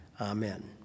amen